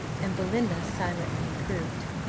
and belinda silently approved.